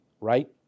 right